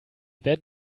werden